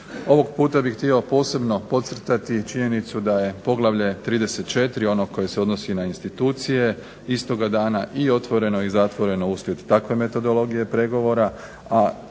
Ovog puta bih htio posebno podcrtati činjenicu da je Poglavlje 34. ono koje se odnosi na institucije istoga dana i otvoreno i zatvoreno uslijed takve metodologije pregovora,